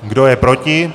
Kdo je proti?